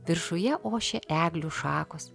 viršuje ošė eglių šakos